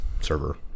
server